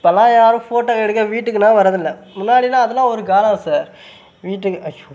இப்போலாம் யாரும் ஃபோட்டோ எடுக்க வீட்டுக்கெல்லாம் வரதில்லை முன்னாடிலாம் அதெல்லாம் ஒரு காலம் சார் வீட்டுக்கு அச்சோ